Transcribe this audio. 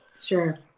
Sure